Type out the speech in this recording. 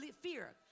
fear